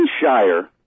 Shire